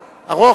ארוך?